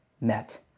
Met